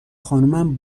خانمم